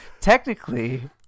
technically